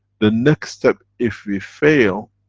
the next step if we fail,